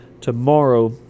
tomorrow